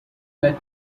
led